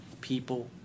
people